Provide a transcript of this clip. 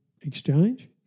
exchange